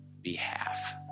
behalf